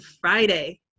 Friday